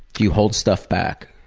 do you hold stuff back?